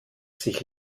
sich